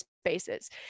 spaces